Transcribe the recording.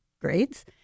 grades